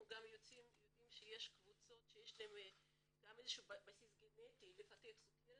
אנחנו גם יודעים שיש קבוצות שיש להן גם בסיס גנטי לפתח סוכרת